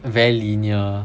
very linear